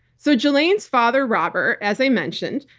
so ghislaine's father, robert, as i mentioned,